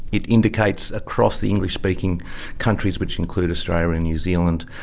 it indicates across the english-speaking countries, which include australia and new zealand,